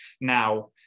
Now